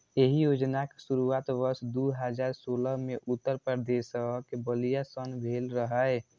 एहि योजनाक शुरुआत वर्ष दू हजार सोलह मे उत्तर प्रदेशक बलिया सं भेल रहै